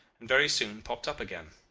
and very soon popped up again.